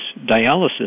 dialysis